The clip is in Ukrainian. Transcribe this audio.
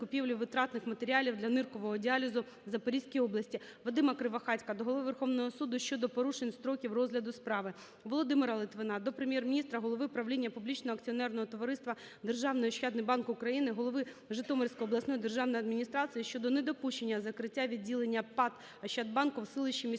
Володимира Литвина до Прем'єр-міністра, голови правління публічного акціонерного товариства "Державний ощадний банк України", голови Житомирської обласної державної адміністрації щодо недопущення закриття відділення ПАТ "Ощадбанку" в селищі міського